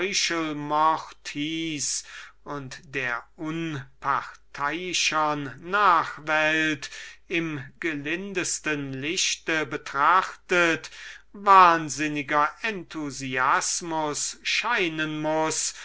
und der unparteiischern nachwelt im gelindesten lichte betrachtet wahnsinniger enthusiasmus scheinen muß